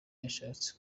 yashatse